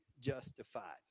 justified